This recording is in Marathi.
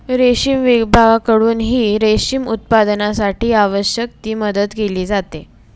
रेशीम विभागाकडूनही रेशीम उत्पादनासाठी आवश्यक ती मदत केली जाते